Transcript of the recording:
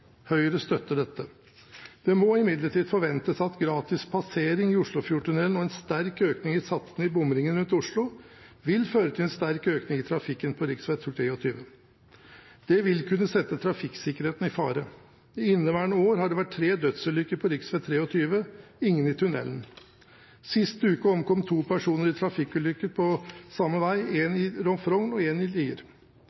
Høyre støtter dette. Det må imidlertid forventes at gratis passering i Oslofjordtunnelen og en sterk økning i satsene i bomringen rundt Oslo, vil føre til en sterk økning i trafikken på rv. 23. Det vil kunne sette trafikksikkerheten i fare. I inneværende år har det vært tre dødsulykker på rv. 23 – ingen i tunnelen. Sist uke omkom to personer i trafikkulykker på samme vei – en